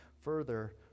further